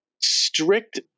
strict